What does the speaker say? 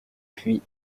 puis